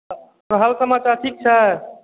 तऽ हाल समाचार ठीक छै